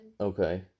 Okay